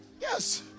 Yes